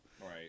Right